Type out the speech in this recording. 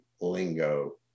lingo